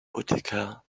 utica